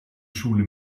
schule